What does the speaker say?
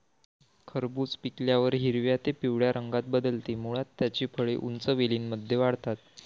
खरबूज पिकल्यावर हिरव्या ते पिवळ्या रंगात बदलते, मुळात त्याची फळे उंच वेलींमध्ये वाढतात